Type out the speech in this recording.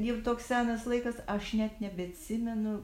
jau toks senas laikas aš net nebeatsimenu